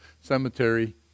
cemetery